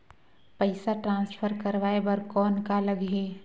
पइसा ट्रांसफर करवाय बर कौन का लगही?